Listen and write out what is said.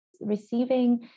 receiving